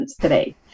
today